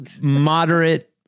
moderate